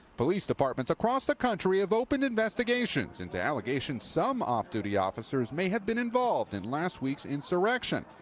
police departments across the country have opened investigations into allegations some off-duty officers may have been involved in last week's insurrection.